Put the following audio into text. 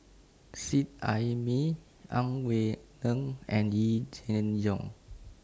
Seet Ai Mee Ang Wei Neng and Yee Jenn Jong